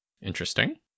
Interesting